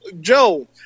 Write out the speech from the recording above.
Joe